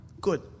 Good